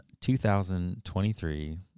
2023